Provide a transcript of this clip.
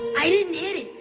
i didn't hit it.